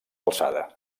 alçada